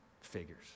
Figures